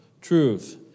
truth